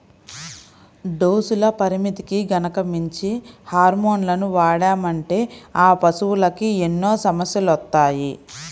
డోసుల పరిమితికి గనక మించి హార్మోన్లను వాడామంటే ఆ పశువులకి ఎన్నో సమస్యలొత్తాయి